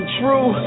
true